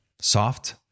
soft